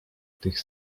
tych